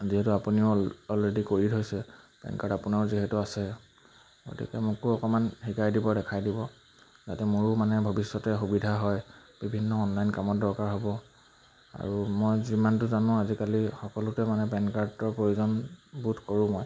যিহেতু আপুনিও অলৰেডি কৰি থৈছে পেন কাৰ্ড আপোনাৰো যিহেতু আছে গতিকে মোকো অকণমান শিকাই দিব দেখাই দিব যাতে মোৰো মানে ভৱিষ্যতে সুবিধা হয় বিভিন্ন অনলাইন কামত দৰকাৰ হ'ব আৰু মই যিমানটো জানো আজিকালি সকলোতে মানে পেন কাৰ্ডৰ প্ৰয়োজনবোধ কৰোঁ মই